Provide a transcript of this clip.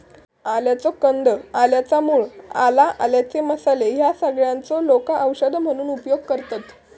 आल्याचो कंद, आल्याच्या मूळ, आला, आल्याचे मसाले ह्या सगळ्यांचो लोका औषध म्हणून उपयोग करतत